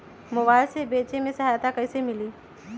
Mobile से बेचे में सहायता कईसे मिली?